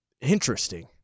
Interesting